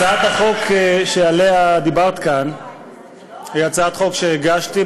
הצעת החוק שעליה דיברת כאן היא הצעת חוק שהגשתי,